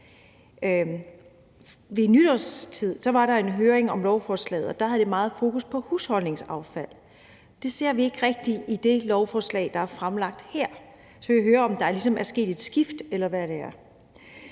Ved nytårstid var der en høring om lovforslaget, og der var der meget fokus på husholdningsaffald. Det ser vi ikke rigtig i det lovforslag, der er fremsat her. Så jeg vil høre, om der ligesom er sket et skift, eller hvad det er.